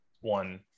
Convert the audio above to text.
one